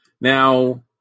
Now